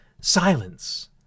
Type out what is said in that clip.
silence